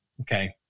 okay